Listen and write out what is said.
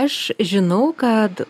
aš žinau kad